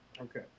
Okay